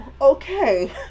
Okay